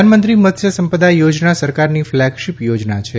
પ્રધાનમંત્રી મત્સ્ય સંપદા યોજના સરકારની ફ્લેગશીપ યોજના છે